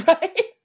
Right